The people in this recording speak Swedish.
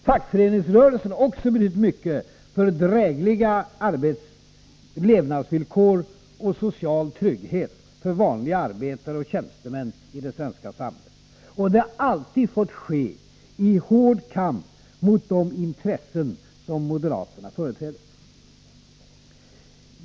Fackföreningsrörelsen har också betytt oerhört mycket för att skapa drägliga levnadsvillkor och social trygghet för vanliga arbetare och tjänstemän i det svenska samhället. Det har alltid fått ske i hård kamp mot de intressen som moderaterna företräder.